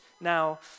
now